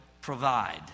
provide